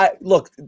look